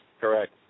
Correct